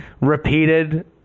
repeated